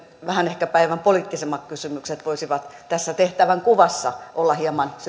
vähän ehkä päivänpoliittisemmat kysymykset voisivat tässä tehtävänkuvassa olla hieman